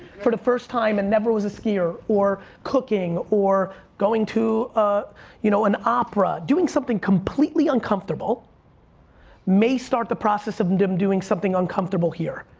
for the first time and never was a skier, or cooking, or going to ah you know an opera, doing something completely uncomfortable may start the process of and them doing something uncomfortable here.